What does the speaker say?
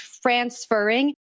transferring